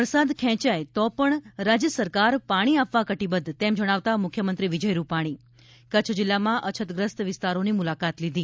વરસાદ ખેંચાય તો પણ રાજ્ય સરકાર પાણી આપવા કટીબદ્ધ તેમ જણાવતા મુખ્યમંત્રી વિજય રૂપાણી કચ્છ જિલ્લામાં અછતગ્રસ્ત વિસ્તારોની મુલાકાત લીધી